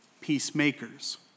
peacemakers